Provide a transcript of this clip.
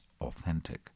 authentic